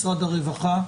משרד הרווחה,